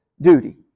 duty